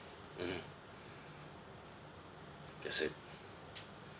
mmhmm that's it